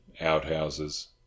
outhouses